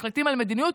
מחליטים על מדיניות.